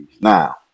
Now